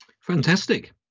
Fantastic